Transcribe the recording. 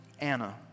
Anna